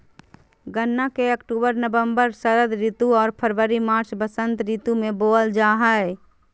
गन्ना के अक्टूबर नवम्बर षरद ऋतु आर फरवरी मार्च बसंत ऋतु में बोयल जा हइ